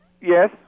Yes